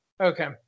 okay